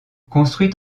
construite